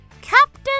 Captain